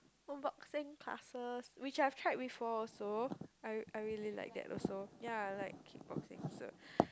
boxing classes which I have tried before also I I really liked that also ya like kickboxing also